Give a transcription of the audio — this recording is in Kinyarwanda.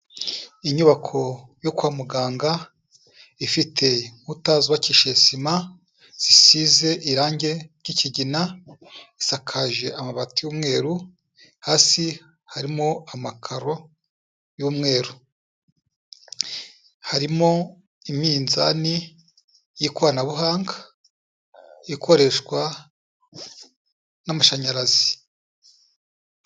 Inyubako yo kwa muganga ifite inkuta zubakisheje sima, zisize irange ry'ikigina, isakaje amabati y'umweru, hasi harimo amakaro y'umweru, harimo iminzani y'ikoranabuhanga ikoreshwa n'amashanyarazi.